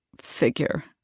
figure